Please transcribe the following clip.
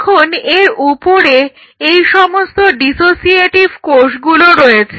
এখন এর উপরে এই সমস্ত ডিসোসিয়েটিভ কোষগুলো রয়েছে